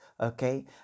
okay